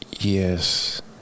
Yes